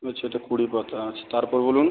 আচ্ছা এটা কুড়ি পাতা আচ্ছা তারপর বলুন